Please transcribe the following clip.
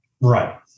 Right